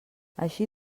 així